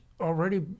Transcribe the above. Already